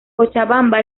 cochabamba